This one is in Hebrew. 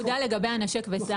אני רוצה עוד נקודה לגבי 'נשק וסע'.